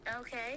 Okay